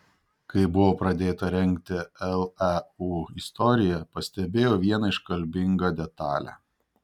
kai buvo pradėta rengti leu istorija pastebėjau vieną iškalbingą detalę